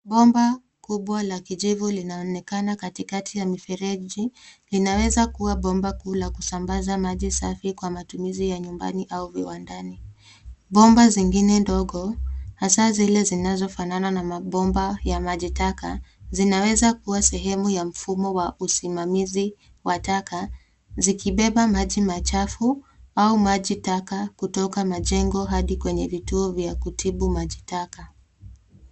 Bomba kubwa la kijivu linaonekana katikati ya mifereji linaweza kuwa bomba kuu la kusambaza maji safi kwa matumizi ya nyumbani au viwandani. Bomba zingine ndogo, hasa zile zinazofanana na mabomba ya maji taka, zinaweza kuwa sehemu ya mfumo wa usimamizi wa taka zikibeba maji machafu au maji taka kutoka majengo hadi kwenye vituo vya kutibu maji taka.